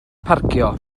parcio